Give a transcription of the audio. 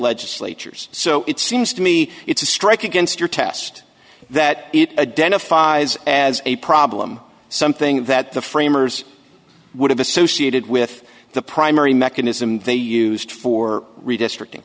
legislatures so it seems to me it's a strike against your test that it a den of five as a problem something that the framers would have associated with the primary mechanism they used for redistricting